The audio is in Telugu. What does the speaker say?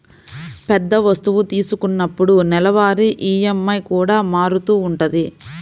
పెద్ద వస్తువు తీసుకున్నప్పుడు నెలవారీ ఈఎంఐ కూడా మారుతూ ఉంటది